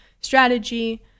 strategy